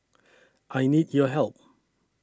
I need your help